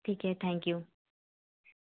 ਠੀਕ ਹੈ ਜੀ ਥੈਂਕ ਯੂ